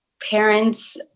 parents